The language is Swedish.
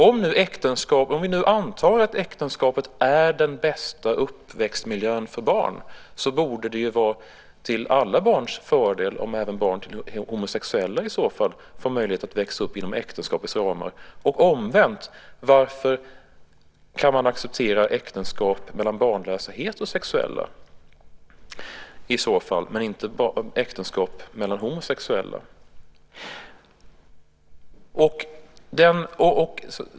Om vi nu antar att äktenskapet är den bästa uppväxtmiljön för barn borde det vara till alla barns fördel om även barn till homosexuella i så fall får möjlighet att växa upp inom äktenskapets ramar. Och omvänt: Varför kan man i så fall acceptera äktenskap mellan barnlösa heterosexuella men inte mellan homosexuella?